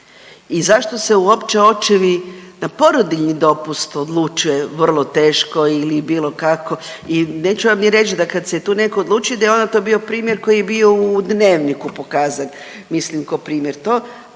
i zašto se uopće očevi na porodiljni dopust odlučuje vrlo teško ili bilo kako i neću vam ni reći da kad se tu netko odluči, da je onda to bio primjer koji je bio u dnevniku pokazan, mislim kao primjer, to,